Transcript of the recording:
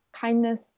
kindness